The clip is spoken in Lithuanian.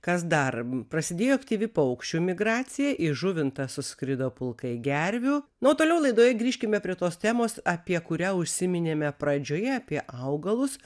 kas dar prasidėjo aktyvi paukščių migracija į žuvintą suskrido pulkai gervių nu o toliau laidoje grįžkime prie tos temos apie kurią užsiminėme pradžioje apie augalus